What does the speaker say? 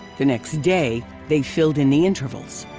the next day they filled in the intervals.